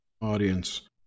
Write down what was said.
audience